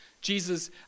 Jesus